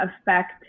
affect